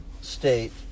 state